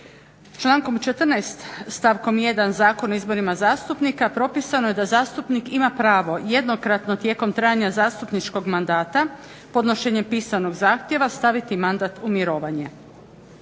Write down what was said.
Člankom 14.stavkom 1. Zakona o izborima zastupnika propisano je da zastupnik ima pravo jednokratno tijekom trajanja zastupničkog mandata, podnošenjem pisanog zahtjeva staviti mandat u mirovanje.